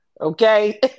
Okay